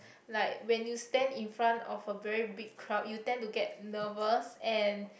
like when you stand in front of a very big crowd you tend to get nervous and